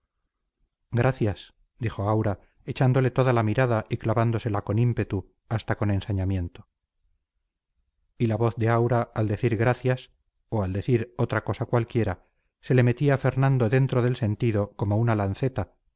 gracias dijo aura echándole toda la mirada y clavándosela con ímpetu hasta con ensañamiento y la voz de aura al decir gracias o al decir otra cosa cualquiera se le metía a fernando dentro del sentido como una lanceta